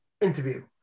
interview